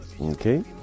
Okay